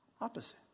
opposite